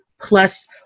plus